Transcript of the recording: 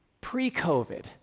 pre-COVID